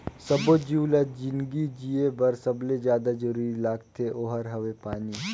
सब्बो जीव ल जिनगी जिए बर सबले जादा जरूरी लागथे ओहार हवे पानी